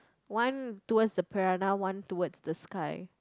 one towards the piranha one towards the sky